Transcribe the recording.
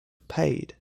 paid